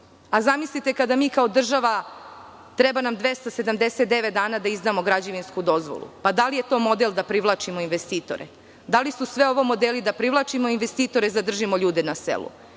Zamislite kada nama kao državi treba 279 dana da izdamo građevinsku dozvolu. Da li je to model da privlačimo investitore? Da li su sve ovo modeli da privlačimo investitore i zadržimo ljude na selu?